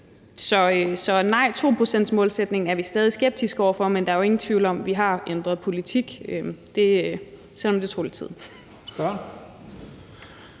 Så nej, 2-procentsmålsætningen er vi stadig skeptiske over for, men der er jo ingen tvivl om, at vi har ændret politik, selv om det tog lidt tid.